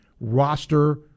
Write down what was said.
roster